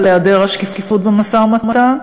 על היעדר השקיפות במשא-ומתן,